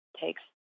takes